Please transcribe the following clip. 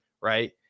right